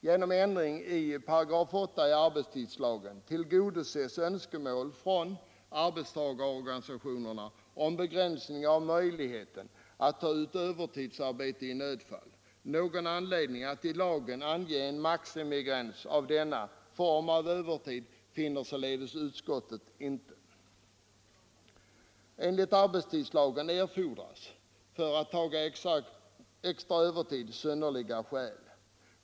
Genom ändringar i 8 § arbetstidslagen tillgodoses önskemål från arbetstagarorganisationerna om begränsning av möjligheten att ta ut övertidsarbete i nödfall. Någon anledning att i lagen ange en maximigräns för denna form av övertid finner utskottet således inte. Enligt arbetstidslagen erfordras för att ta ut extra övertid synnerliga skäl.